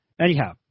anyhow